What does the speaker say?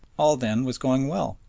all then was going well.